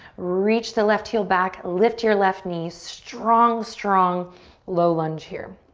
reach the left heel back, lift your left knee. strong, strong low lunge here.